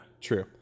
True